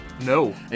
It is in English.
No